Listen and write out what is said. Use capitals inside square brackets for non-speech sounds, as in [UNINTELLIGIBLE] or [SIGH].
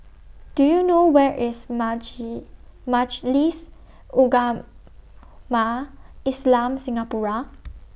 Do YOU know Where IS [UNINTELLIGIBLE] Majlis Ugama Islam Singapura